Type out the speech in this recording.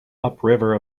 upriver